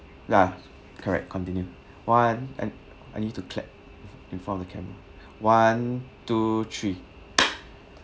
ya correct continue one and I need to clap in front of the camera one two three